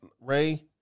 Ray